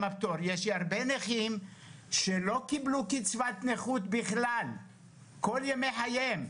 יש הרבה נכים שלא קיבלו בכלל קצבת נכות כל ימי חייהם.